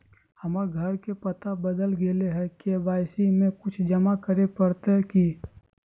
हमर घर के पता बदल गेलई हई, के.वाई.सी में कुछ जमा करे पड़तई की?